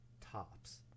tops